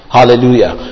Hallelujah